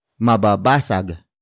mababasag